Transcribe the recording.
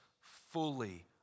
fully